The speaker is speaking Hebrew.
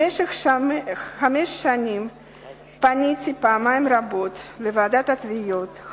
במשך חמש שנים פניתי פעמים רבות לוועידת התביעות,